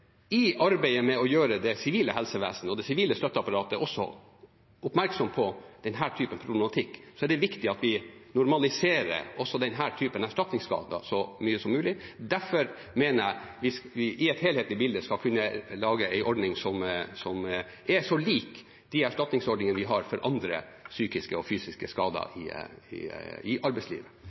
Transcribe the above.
i arbeidet med å gjøre også det sivile helsevesenet og det sivile støtteapparatet oppmerksom på denne typen problematikk er det viktig at vi normaliserer denne typen erstatningskader så mye som mulig. Derfor mener jeg vi i et helhetlig bilde skal kunne lage en ordning som er så lik som mulig de erstatningsordningene vi har for andre psykiske og fysiske skader i